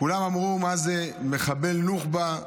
כולם אמרו מה זה מחבל נוח'בה,